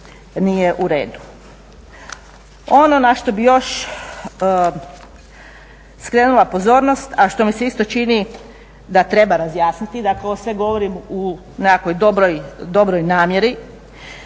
nije u redu. Ono na što bih još skrenula pozornost, a što mi se isto čini da treba razjasniti. Dakle, ovo sve govorim u nekakvoj dobroj namjeri